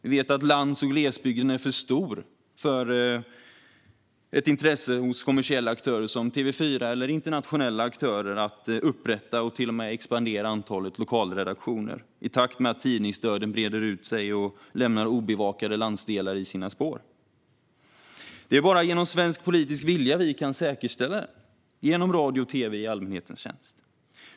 Vi vet att lands och glesbygden är för stor för att det ska finnas ett intresse hos kommersiella aktörer som TV4 eller internationella aktörer att upprätta eller till och med expandera antalet lokala redaktioner - i takt med att tidningsdöden breder ut sig och lämnar obevakade landsdelar i sina spår. Det är bara genom svensk politisk vilja vi kan säkerställa detta med hjälp av radio och tv i allmänhetens tjänst.